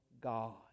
God